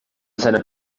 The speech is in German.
seiner